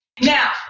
Now